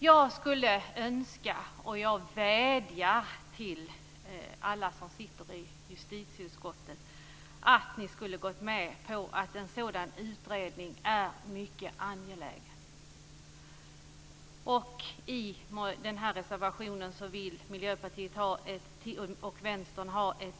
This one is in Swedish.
Jag skulle önska en utredning om detta, och jag vädjar till alla i justitieutskottet att instämma i att en sådan är mycket angelägen.